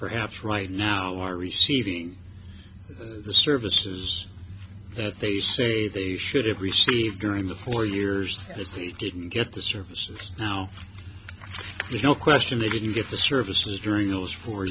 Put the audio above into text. perhaps right now are receiving the services that they say they should have received during the four years of this he didn't get the services now there's no question they didn't get the services during those four